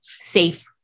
safe